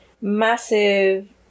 massive